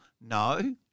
No